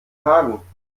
hagen